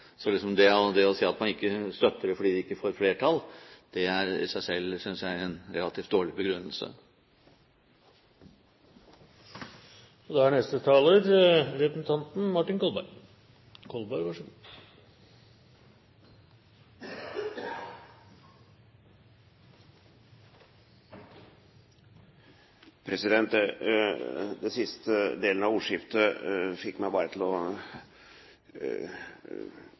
Så det å si at man ikke støtter det fordi det ikke får flertall, synes jeg i seg selv er en relativt dårlig begrunnelse. Den siste delen av ordskiftet fikk meg til å ville komme med en betraktning. Jeg er enig i det som Anundsen sier om nødvendigheten av